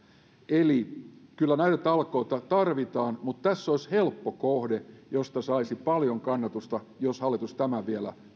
eli kyllä näitä talkoita tarvitaan mutta tässä olisi helppo kohde josta saisi paljon kannatusta jos hallitus tämän vielä